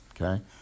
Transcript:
okay